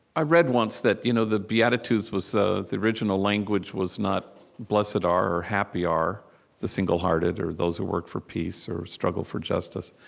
i read once that you know the beatitudes was so the original language was not blessed are or happy are the single-hearted or those who work for peace or struggle for justice.